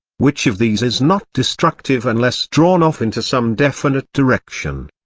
which of these is not destructive unless drawn off into some definite direction?